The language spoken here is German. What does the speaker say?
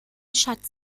schatz